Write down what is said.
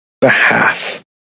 behalf